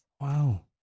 Wow